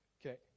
okay